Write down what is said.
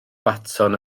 baton